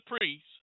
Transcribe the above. priests